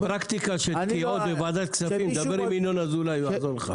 בפרקטיקה של תקיעות בוועדת כספים דבר עם ינון אזולאי הוא יעזור לך.